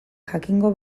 jakingo